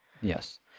yes